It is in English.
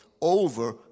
over